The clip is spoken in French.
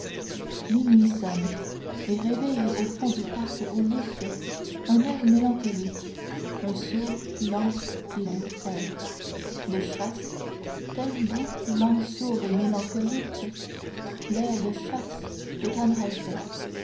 minuit sonne et réveille au fond du parc aulique un air mélancolique un sourd lent et doux air de chasse tel doux lent sourd et mélancolique l'air de chasse de